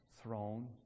throne